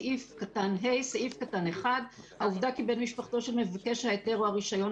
סעיף קטן (ה)(1): "העובדה כי בן משפחתו של מבקש ההיתר או הרישיון,